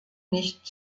nicht